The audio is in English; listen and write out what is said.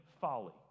folly